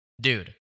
dude